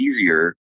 easier